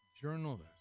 journalist